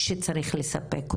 שצריך לספק אותו.